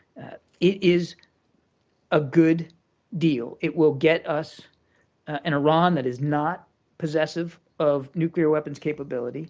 it is a good deal. it will get us an iran that is not possessive of nuclear weapons capability